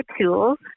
tools